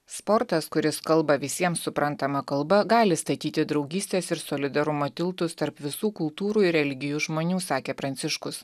sportas kuris kalba visiems suprantama kalba gali statyti draugystės ir solidarumo tiltus tarp visų kultūrų ir religijų žmonių sakė pranciškus